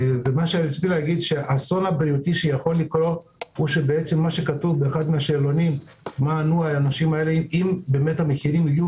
כששאלו אנשים באחד מהשאלונים מה הם יעשו אם המחירים יהיו